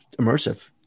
immersive